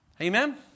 Amen